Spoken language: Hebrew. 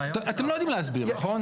אתם לא יודעים להסביר, נכון?